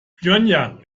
pjöngjang